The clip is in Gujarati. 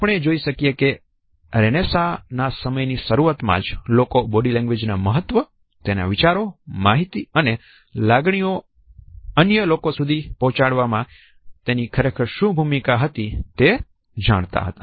આપણે જોઈ શકીએ છીએ કે રેનેસાં ના સમયની શરૂઆતમાં જ લોકો બોડી લેંગ્વેજ ના મહત્વ તેના વિચારો માહિતી અને લાગણીઓ અન્ય લોકો સુધી પહોંચાડવામાં તેની ખરેખર શું ભૂમિકા હતી તે જાણતા હતા